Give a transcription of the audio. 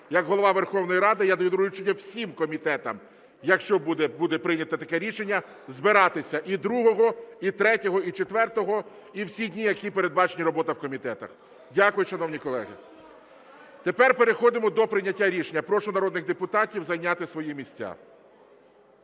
Як Голова Верховної Ради я даю доручення всім комітетам, якщо буде прийняте таке рішення, збиратися і 2-го, і 3-го, і 4-го, і всі дні, в які передбачена робота в комітетах. Дякую, шановні колеги. Тепер переходимо до прийняття рішення. Прошу народних депутатів зайняти свої місця.